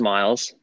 Miles